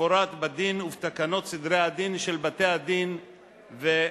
כמפורט בדין ובתקנות סדרי הדין של בתי-הדין ובתי-המשפט.